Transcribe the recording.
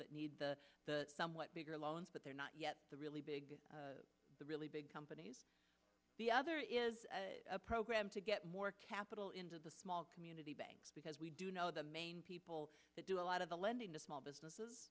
that need the somewhat bigger loans but they're not yet the really big really big companies the other is a program to get more capital into the small community banks because we do know the main people that do a lot of the lending to small businesses